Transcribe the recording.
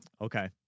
Okay